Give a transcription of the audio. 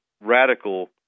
radical